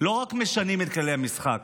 לא רק משנים את כללי המשחק,